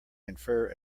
infer